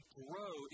grow